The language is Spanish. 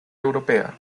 europea